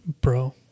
Bro